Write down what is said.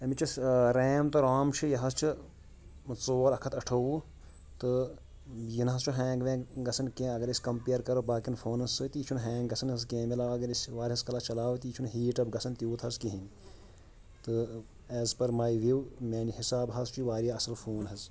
اَمِچ یۄس ٲں ریم تہٕ رام چھِ یہِ حظ چھِ ژور اکھ ہَتھ اَٹھووُہ تہٕ یہِ نہ حظ چھُ ہینٛگ وینٛگ گژھان کیٚنٛہہ اگر أسۍ کَمپِیَر کَرو باقیَن فونَس سۭتۍ تہٕ یہِ چھُنہٕ ہینٛگ گژھان حظ کیٚنٛہہ امہ علاوٕ اگر أسۍ واریاہَس کالَس چَلاوو تہِ یہِ چھُنہٕ ہیٖٹ اَپ گژھان تیوٗت حظ کہیٖنۍ تہٕ ایز پٔر ماے وِو میانہِ حِساب حظ چھُ یہِ واریاہ اصٕل فوٗن حظ